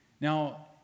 Now